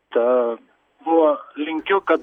ta buvo linkiu kad